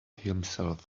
himself